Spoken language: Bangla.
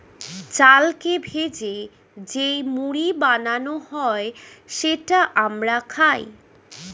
চালকে ভেজে যেই মুড়ি বানানো হয় সেটা আমরা খাই